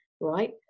right